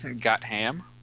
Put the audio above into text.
Gotham